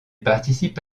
participe